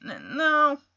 no